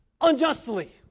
unjustly